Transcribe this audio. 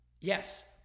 Yes